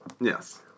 Yes